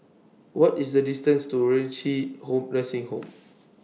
What IS The distance to Renci Nursing Home